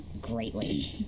greatly